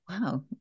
Wow